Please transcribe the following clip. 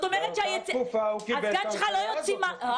באותה תקופה הוא קיבל את ההנחיה הזאת.